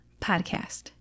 podcast